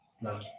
No